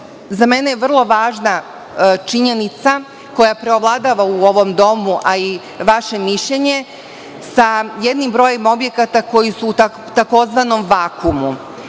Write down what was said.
za mene je vrlo važna činjenica koja preovladava u ovom domu, a i vaše mišljenje sa jednim brojem objekata koji su u tzv. vakumu.